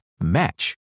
Match